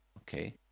Okay